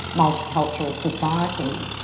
multicultural society,